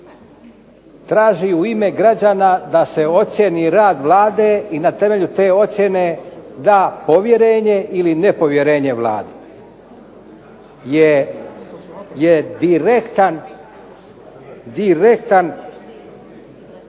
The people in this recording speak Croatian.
u ime građana da se ocijeni rad Vlade i na temelju te ocjene da povjerenje ili nepovjerenje Vladi,